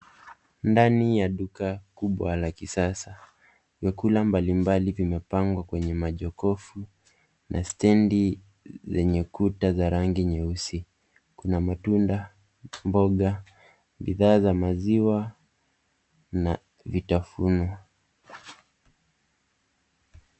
Ndani ya duka kubwa la kisasa, vyakula mbalimbali vimepangwa kwenye majokofu na stendi zenye kuta za rangi nyeusi. Kuna matunda, mboga, bidhaa za maziwa na vitafunwa.